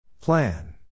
Plan